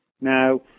Now